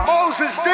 Moses